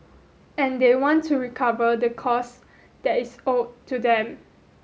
and they want to recover the costs that is owed to them